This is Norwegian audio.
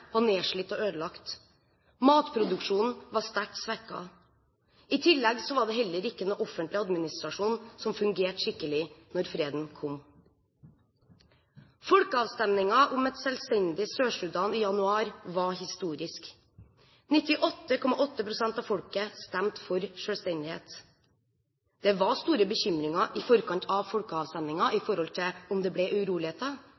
var nedslitt og ødelagt. Matproduksjonen var sterkt svekket. I tillegg var det heller ikke noen offentlig administrasjon som fungerte skikkelig da freden kom. Folkeavstemningen om et selvstendig Sør-Sudan i januar var historisk. 98,8 pst. av folket stemte for selvstendighet. Det var store bekymringer i forkant av